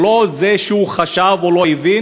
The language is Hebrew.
זה לא שהוא חשב או לא הבין,